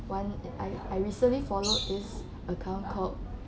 one that I I recently followed this account called